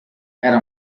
era